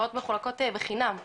הקרקעות מחולקות בחינם בגליל,